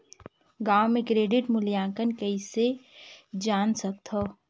गांव म क्रेडिट मूल्यांकन कइसे जान सकथव?